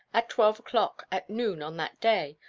at twelve o'clock at noon on that day,